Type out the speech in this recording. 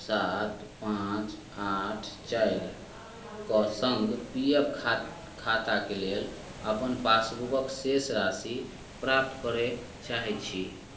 सात पाँच आठ चारिके सङ्ग पी एफ खात खाताके लेल अपन पासबुकके शेष राशि प्राप्त करै चाहै छी